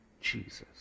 Jesus